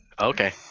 Okay